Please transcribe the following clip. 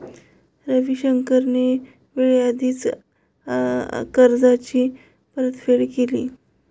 रविशंकरने वेळेआधीच कर्जाची परतफेड केली